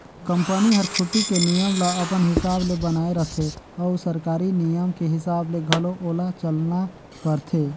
company हर छुट्टी के नियम ल अपन हिसाब ले बनायें रथें अउ सरकारी नियम के हिसाब ले घलो ओला चलना परथे